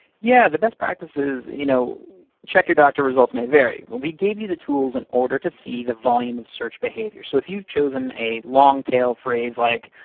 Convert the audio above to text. yeah, the best practice is you know check your doctor results may vary. when we gave you the tools in order to see the volume of search behavior so if you've chosen a long tail phrase like,